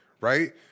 right